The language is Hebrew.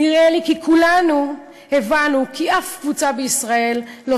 נראה לי שכולנו הבנו כי אף קבוצה בישראל לא